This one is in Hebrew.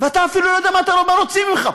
ואתה אפילו לא יודע מה רוצים ממך פה,